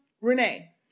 renee